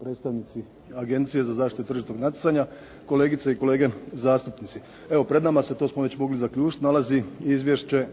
predstavnici Agencije za zaštitu tržišnog natjecanja, kolegice i kolege zastupnici. Evo, pred nama se to smo mogli već zaključiti nalazi Izvješće